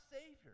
Savior